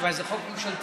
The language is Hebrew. מכיוון שזה חוק ממשלתי.